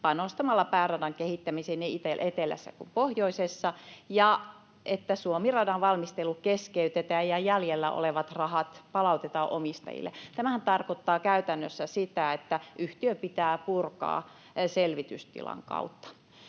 panostamalla pääradan kehittämiseen niin etelässä kuin pohjoisessa. Suomi-radan valmistelu keskeytetään ja jäljellä olevat rahat palautetaan omistajille.” Tämähän tarkoittaa käytännössä sitä, että yhtiö pitää purkaa selvitystilan kautta.